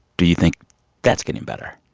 do you think that's getting better?